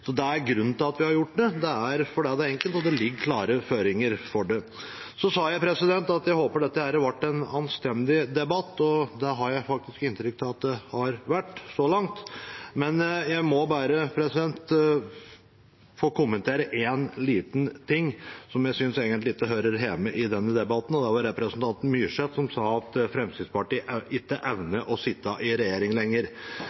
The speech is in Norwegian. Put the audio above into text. Så sa jeg at jeg håpet dette ville bli en anstendig debatt, og det har jeg faktisk inntrykk av at det så langt har vært. Men jeg må bare få kommentere en liten ting som jeg egentlig ikke synes hører hjemme i denne debatten. Det gjelder representanten Myrseth, som sa at Fremskrittspartiet ikke